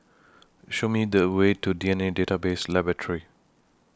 Show Me The Way to D N A Database Laboratory